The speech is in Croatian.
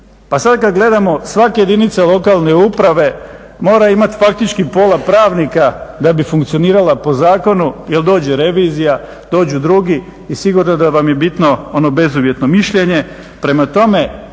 Pa sad kad gledamo svake jedinice lokalne uprave mora imati faktički pola pravnika da bi funkcionirala po zakonu jer dođe revizija, dođu drugi i sigurno da vam je bitno ono bezuvjetno mišljenje. Prema tome,